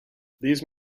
these